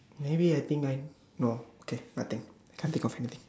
maybe I think I no okay nothing can't think of anything